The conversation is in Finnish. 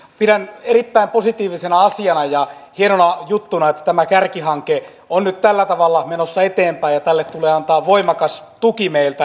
pidän erittäin positiivisena asiana ja hienona juttuna että tämä kärkihanke on nyt tällä tavalla menossa eteenpäin ja tälle tulee antaa voimakas tuki meiltä edustajilta